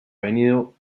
venido